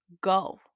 go